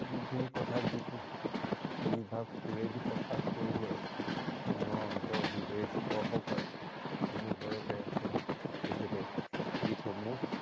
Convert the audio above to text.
যিখিনি কথা যিটো যিভাগ সুৰেদি প্ৰকাশ কৰিলে মানুহৰ অন্তৰ হৃদয় স্পৰ্শ কৰে তেনেদৰে তেখেতসক তেখেতে গীতসমূহ